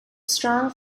strong